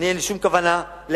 אין לי שום כוונה להקל